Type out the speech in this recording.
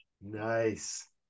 Nice